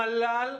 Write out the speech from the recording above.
המל"ל,